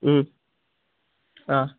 ம் ஆ